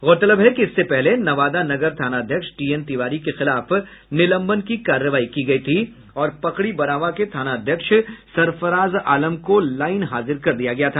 गौरतलब है कि इससे पहले नवादा नगर थानाध्यक्ष टीएन तिवारी के खिलाफ निलंबन की कार्रवाई की गयी थी और पकड़ीबरावां के थानाध्यक्ष सरफराज आलम को लाईन हाजिर कर दिया गया था